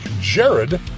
Jared